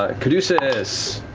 ah caduceus.